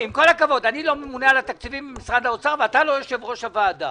לא הממונה על התקציבים במשרד האוצר ואתה לא יושב-ראש הוועדה.